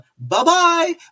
Bye-bye